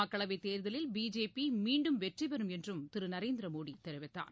மக்களவை தேர்தலில் பிஜேபி மீண்டும் வெற்றி பெறும் என்றும் திரு நரேந்திர மோடி தெரிவித்தார்